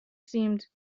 seemed